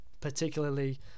particularly